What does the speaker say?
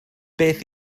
beth